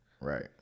Right